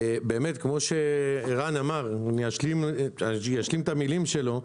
באמת כמו שערן אמר, אני אשלים את המילים שלו,